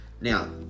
Now